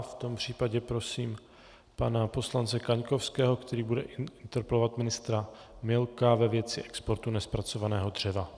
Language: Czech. V tom případě prosím pana poslance Kaňkovského, který bude interpelovat ministra Milka ve věci exportu nezpracovaného dřeva.